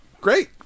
great